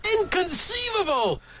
Inconceivable